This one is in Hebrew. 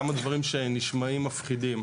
יש כמה דברים שנשמעים מפחידים,